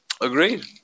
Agreed